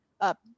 up